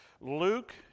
Luke